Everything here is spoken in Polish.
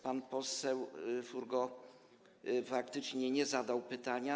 Pan poseł Furgo faktycznie nie zadał pytania.